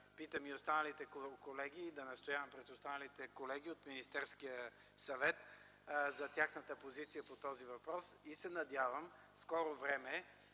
питам и останалите колеги и да настоявам пред колегите от Министерския съвет за тяхната позиция по този въпрос. Надявам се в скоро време